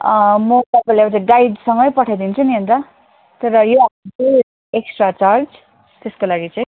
म तपाईँलाई एउटा गाइडसँगै पठाइदिन्छु नि अन्त तर यो हफ्ता चाहिँ एक्सट्रा चार्ज त्यसको लागि चाहिँ